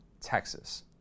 Texas